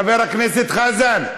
חבר הכנסת חזן.